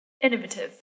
Innovative